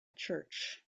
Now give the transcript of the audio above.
church